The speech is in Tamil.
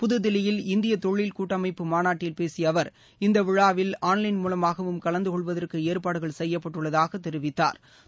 புதுதில்லியில் இந்திய தொழில் கூட்டமைப்பு மாநாட்டில் பேசிய அவர் இந்த விழாவில் ஆன்லைன் மூவமாகவும் கலந்து கொள்வதற்கு ஏற்பாடுகள் செய்யப்பட்டுள்ளதாகத் தெரிவித்தாா்